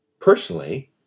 Personally